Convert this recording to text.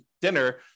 dinner